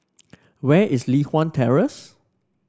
where is Li Hwan Terrace